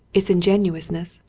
its ingenuousness,